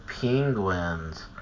Penguins